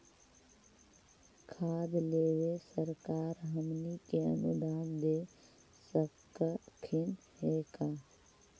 खाद लेबे सरकार हमनी के अनुदान दे सकखिन हे का?